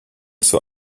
zur